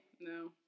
no